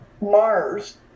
Mars